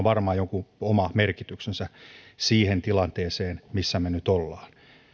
varmaan joku oma merkityksensä siihen tilanteeseen missä me nyt olemme